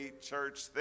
church